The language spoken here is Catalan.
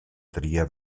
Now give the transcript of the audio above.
tria